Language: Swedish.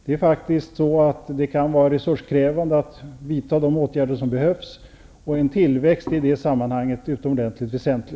Det kan faktiskt vara resurskrävande att vidta de åtgärder som behövs, och en tillväxt i det sammanhanget är utomordentligt väsentlig.